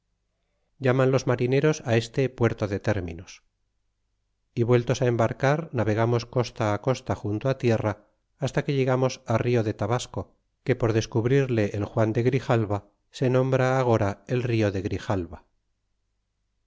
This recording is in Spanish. llaman los marineros á este puerto de terminos e vueltos á embarcar navegamos costa á costa junto á tierra hasta que llegamos al rio de tabasco que por descubrirle el juan de grijalva se nombra agora el rio de grijalva